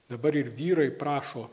dabar ir vyrai prašo